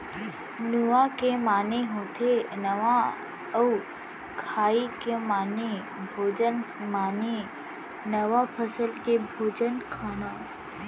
नुआ के माने होथे नवा अउ खाई के माने भोजन माने नवा फसल के भोजन खाना